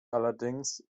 allerdings